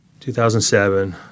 2007